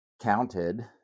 counted